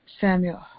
Samuel